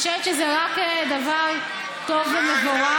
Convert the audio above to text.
אני חושבת שזה רק דבר טוב ומבורך.